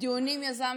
דיונים יזמתי?